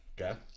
Okay